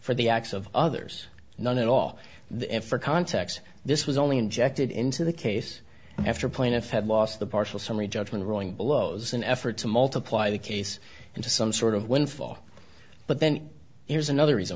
for the acts of others none at all the effort context this was only injected into the case after plaintiff had lost the partial summary judgment ruling blows an effort to multiply the case into some sort of windfall but then here's another reason